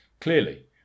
Clearly